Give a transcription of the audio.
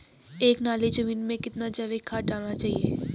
एक नाली जमीन में कितना जैविक खाद डालना चाहिए?